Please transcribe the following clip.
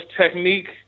technique